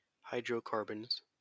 hydrocarbons